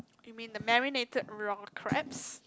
you mean the marinated raw crabs